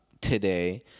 today